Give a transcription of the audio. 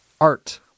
art